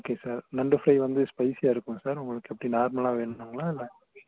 okay sir நண்டு fry வந்து ஸ்பைசியாக இருக்கும் சார் உங்களுக்கு எப்படி நார்மலாக வேணுங்களா இல்லை